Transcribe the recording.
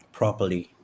properly